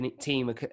team